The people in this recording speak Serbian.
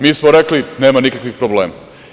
Mi smo rekli - nema nikakvih problema.